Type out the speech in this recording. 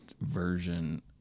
version